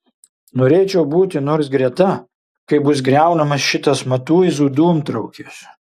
norėčiau būti nors greta kai bus griaunamas šitas matuizų dūmtraukis